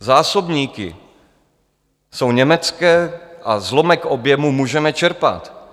Zásobníky jsou německé a zlomek objemu můžeme čerpat.